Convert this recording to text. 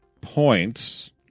points